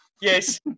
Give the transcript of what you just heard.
Yes